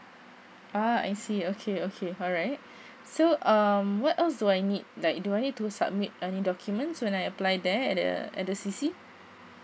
uh I see okay okay alright so um what else do I need like do I need to submit any documents when I apply there at the at the C_C